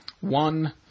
one